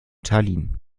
tallinn